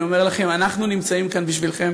אני אומר לכם: אנחנו נמצאים כאן בשבילכם.